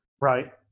Right